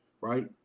right